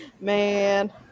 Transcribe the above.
man